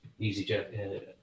EasyJet